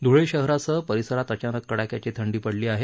ध्ळे शहरासह परिसरात अचानक कडाक्याची थंडी पडली आहे